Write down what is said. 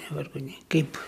vargonai kaip